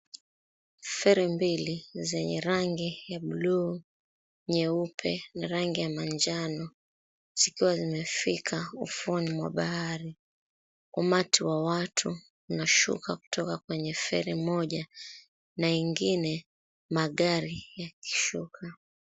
Feri mbili zenye rangi ya blue , nyeupe na rangi ya manjano zikiwa zimefika ufuoni mwa bahari. Umati wa watu unashuka kutoka kwenye feri moja na ingine magari yakishuka.